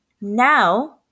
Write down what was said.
now